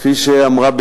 כפי שאמרה,